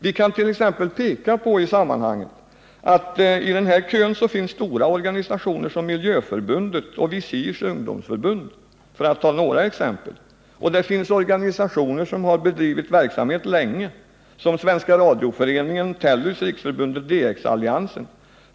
I den kön finns Nr 114 stora organisationer som Miljöförbundet och Visirs ungdomsförbund, för att Onsdagen den ta några exempel. Där finns organisationer som bedrivit verksamhet länge, 28 mars 1979 som Svenska radioföreningen Tellus och Riksförbundet DX-alliansen.